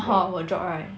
(uh huh) will drop right